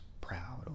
proud